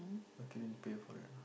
lucky didn't pay for it